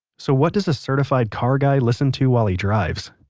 so what does a certified car guy listen to while he drives?